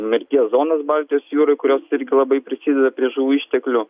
mirties zonas baltijos jūroj kurios irgi labai prisideda prie žuvų išteklių